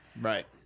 right